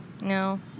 no